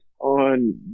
on